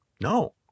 no